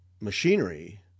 machinery